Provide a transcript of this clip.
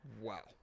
Wow